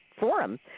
Forum